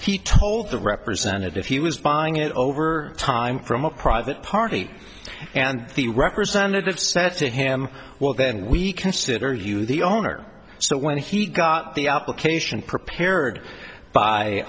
that he told the representative he was buying it over time from a private party and the representative said to him well then we consider you the owner so when he got the application prepared